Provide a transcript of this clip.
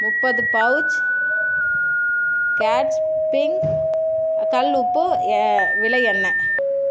முப்பது pouch Catch pink கல் உப்பு விலை என்ன